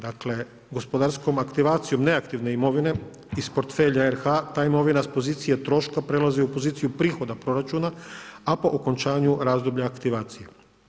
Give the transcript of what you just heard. Dakle, gospodarskom aktivacijom neaktivne imovine iz portfelja RH ta imovina s pozicije troška prelazi u poziciju prihoda proračuna, a po okončanju razdoblja aktivacije.